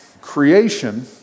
Creation